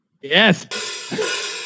Yes